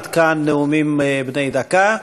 עד כאן נאומים בני דקה.